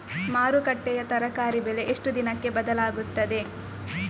ಮಾರುಕಟ್ಟೆಯ ತರಕಾರಿ ಬೆಲೆ ಎಷ್ಟು ದಿನಕ್ಕೆ ಬದಲಾಗುತ್ತದೆ?